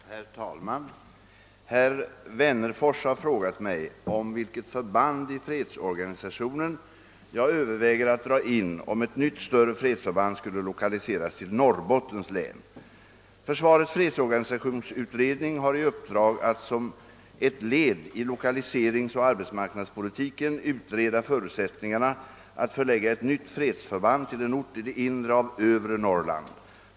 Herr talman! Herr Wennerfors har frågat mig om vilket förband i fredsorganisationen jag överväger att dra in om ett nytt större fredsförband skall lokaliseras till Norrbottens län. Försvarets = fredsorganisationsutredning har i uppdrag att som ett led i 1okaliseringsoch arbetsmarknadspolitiken utreda förutsättningarna att förlägga ett nytt fredsförband till en ort i det inre av övre Norrland.